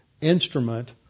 instrument